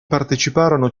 parteciparono